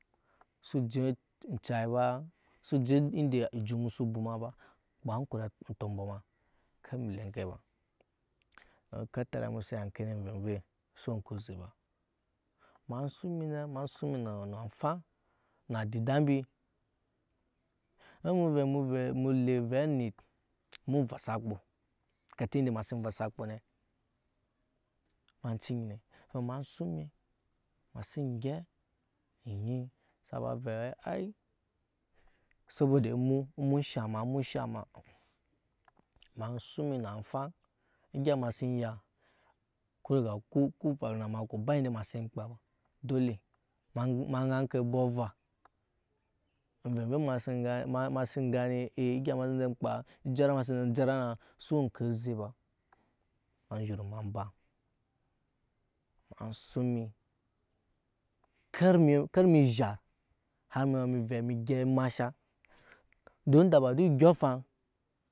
Su je anca ba su je ende ejut emu su obwama ba kpaa ankuri tɔmbɔ ema ker emu nu lee enke be ekatara emu su ya enke ne anvevei su we ŋku oze be ema suŋ emi nɔ ema suŋ emi nɔ na afaŋ na adiida embi emu ovɛ amu lee ovɛ anit emu evɔsa ekpo ne na cin ne ema suŋ emi ema sin gyɛp anyi sa ba vɛɛ aii sobo da emu emu shaŋ ema emu shaŋ ema egya ema sin ya ku fau na ema ku ba indda masi emkpaa ba dole ema ŋai enke abɔk ava anvevei ema sin garri egya ema sin kpaa ejara ema sn je jara nɔ su owe onke oze ba ema zhat har na emi vɛ emi gyɛp emasha don da ba dun odyo̱ŋ afaŋ.